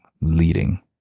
leading